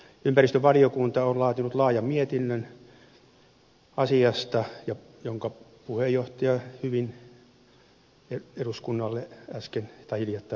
ympäristövaliokunta on laatinut laajan mietinnön asiasta jonka puheenjohtaja hyvin eduskunnalle hiljattain esitteli